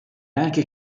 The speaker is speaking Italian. anche